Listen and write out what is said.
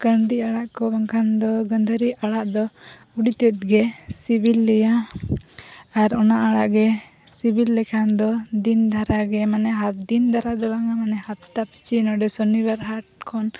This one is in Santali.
ᱠᱟᱬᱫᱤ ᱟᱲᱟᱜ ᱠᱚ ᱵᱟᱝᱠᱷᱟᱱᱫᱚ ᱜᱟᱺᱫᱷᱟᱹᱨᱤ ᱟᱲᱟᱜ ᱟᱹᱰᱤᱛᱮᱫ ᱜᱮ ᱥᱤᱵᱤᱞ ᱞᱮᱭᱟ ᱟᱨ ᱚᱱᱟ ᱟᱲᱟᱜ ᱜᱮ ᱥᱤᱵᱤᱞ ᱞᱮᱠᱷᱟᱱ ᱫᱚ ᱫᱤᱱ ᱫᱷᱟᱨᱟᱜᱮ ᱢᱟᱱᱮ ᱦᱟᱨ ᱫᱤᱱ ᱫᱷᱟᱨᱟ ᱫᱚ ᱵᱟᱝᱟ ᱢᱟᱱᱮ ᱦᱟᱯᱛᱟ ᱯᱤᱪᱷᱤ ᱱᱚᱰᱮ ᱥᱚᱱᱤᱵᱟᱨ ᱦᱟᱴ ᱠᱷᱚᱱ